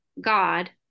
God